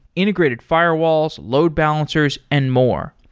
integrated fi rewalls, load balancers and more.